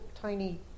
Tiny